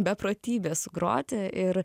beprotybė sugroti ir